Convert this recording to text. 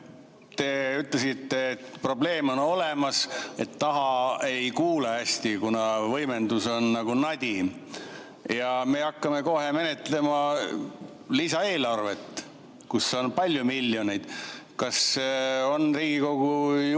Te ütlesite, et probleem on olemas, et taha ei kuule hästi, kuna võimendus on nagu nadi. Me hakkame kohe menetlema lisaeelarvet, kus on palju miljoneid. Kas Riigikogu juhatus